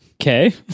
Okay